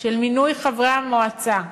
של מינוי חברי המועצה,